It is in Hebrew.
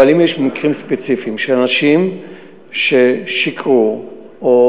אבל אם יש מקרים ספציפיים שאנשים ששיקרו או